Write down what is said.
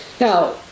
Now